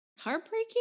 heartbreaking